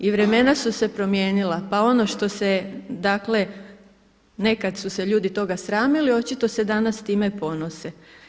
I vremena su se promijenila pa ono što se dakle, nekad su se ljudi toga sramili, očito se danas s time ponose.